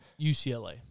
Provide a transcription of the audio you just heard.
UCLA